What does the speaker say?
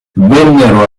vennero